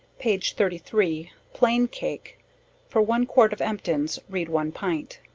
page thirty three. plain cake for one quart of emptins, read one pint.